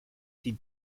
see